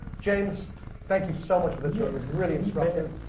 james thank you so much for the tour, it was really instructive.